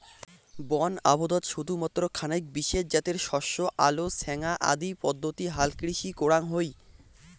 বন আবদত শুধুমাত্র খানেক বিশেষ জাতের শস্য আলো ছ্যাঙা আদি পদ্ধতি হালকৃষি করাং হই